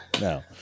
No